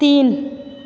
तीन